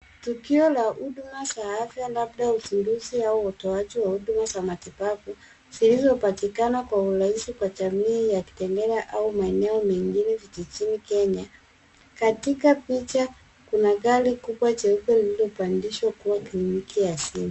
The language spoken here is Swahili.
Tukio la huduma za afya, labda uzinduzi au utoaji wa huduma za matibabu, zilizopatikana kwa urahisi kwa jamii ya kitengela au maeneo mengine vijijini kenya. Katika picha kuna gari kubwa jeusi lililopandishwa kuwa kumiliki asili.